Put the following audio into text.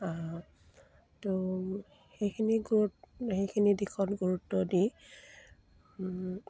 তো সেইখিনি গুৰুত সেইখিনি দিশত গুৰুত্ব দি